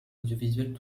audiovisuelle